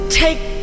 take